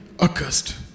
accursed